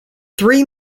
three